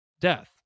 death